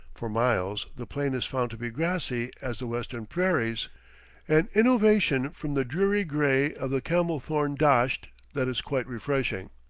for miles the plain is found to be grassy as the western prairies an innovation from the dreary gray of the camel-thorn dasht that is quite refreshing.